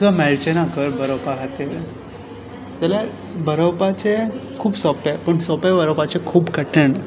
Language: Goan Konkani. तुका खंय मेळचेना खंय बरोवपा खातीर जाल्यार बरोवपाचे खूब सोंपे पूण सोंपे बरोवपाचे खूब कठीण